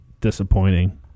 disappointing